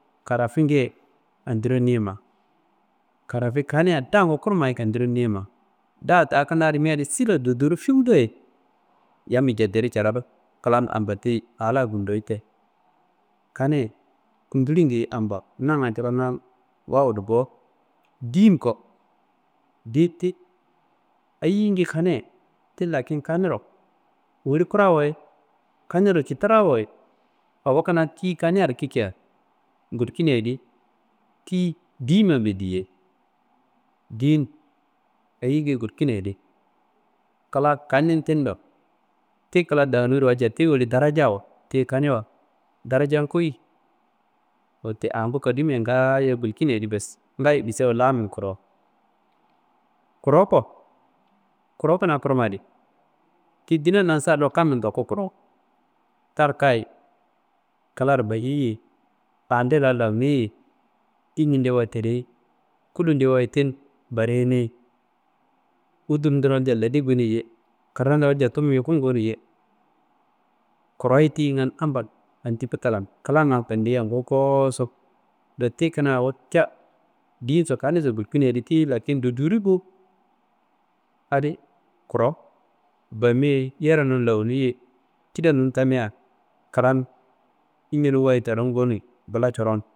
Karafinguye andiro niyima, karafi kaniya dangu kuruma ye andiro niyima, da ta kuna rima adi sila duduru fuwuda ye yammiyi cederu caradu klan ambateyi, a la gundoye te. Kaniyi kundulingu ye ampa, nangan coron na wawudu bo. Diyin ko, diyi ti eyinguye kaniyedi, ti lakin kaniro woli kurawoye, kaniro kitirawo ye, awo kuna tiyi kaniyaro kike ngulkinaye di, tiyi diyimanbe diye. Diyin eyigiye gulkinayedi klan kanin tin do, ti klan daniro walca ti woli daradjawo, tiyi kaniawa daradjan koyi. Wette angu koduwubean gaayo ngulkuna adi bes angayo yisawu lanne koro. Koro ko, koro kuna kurma adi tiyi dina nansadin do ngayo kanin ndaku kuro, talka ye, klaro baye ye, ande la lanne ye, incinde wa tere ye, kulondewa ti- n bareneye, udurndero walca lade koneyi ye, kiramro walca yifum ngonim ye, koroyi tingan ampa andi futalan klangan fandeya ngu kosu do, ti nguna ca diyiso, kaniso gulkinayedi do ti didiri bo, adi kuro, bami ye, yarenum lani ye, kidanum tamia klan incinum wayi terum goni bolacoron